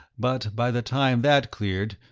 but by the time that cleared,